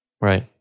Right